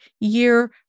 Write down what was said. year